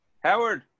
Howard